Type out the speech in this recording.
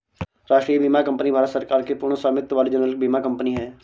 राष्ट्रीय बीमा कंपनी भारत सरकार की पूर्ण स्वामित्व वाली जनरल बीमा कंपनी है